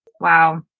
Wow